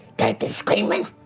the screaming?